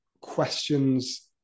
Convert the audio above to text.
questions